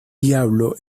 diablo